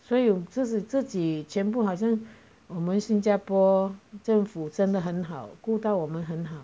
所有这是自己全部好像我们新加坡政府真的很好孤到我们很好